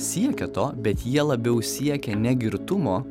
siekia to bet jie labiau siekia ne girtumo